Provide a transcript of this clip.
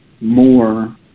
more